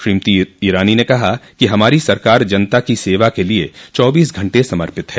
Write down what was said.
श्रीमती ईरानी ने कहा कि हमारी सरकार जनता की सेवा के लिये चौबीस घंटे समर्पित है